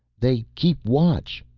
they keep watch!